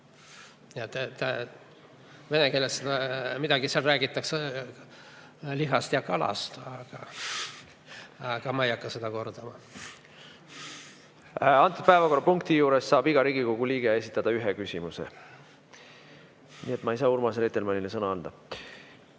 Vene keeles räägitakse seal midagi lihast ja kalast, aga ma ei hakka seda kordama. Selle päevakorrapunkti juures saab iga Riigikogu liige esitada ühe küsimuse, nii et ma ei saa Urmas Reitelmannile sõna anda.